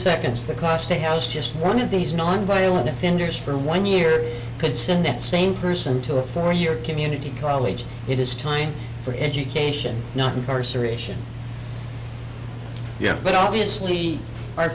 seconds the class day has just one of these nonviolent offenders for one year could send that same person to a four year community college it is time for education not incarceration yet but obviously our